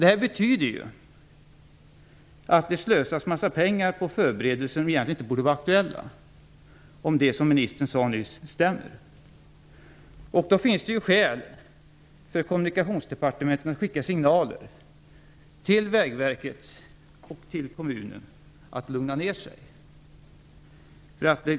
Detta betyder att det slösas en massa pengar på förberedelser som egentligen inte borde vara aktuella, om nu det stämmer som ministern nyss sade. Då finns det skäl för Kommunikationsdepartementet att skicka signaler till Vägverket och kommunen om att de skall lugna ner sig.